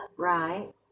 right